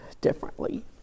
differently